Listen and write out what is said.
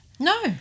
No